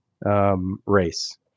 race